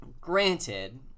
granted